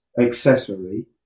accessory